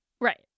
Right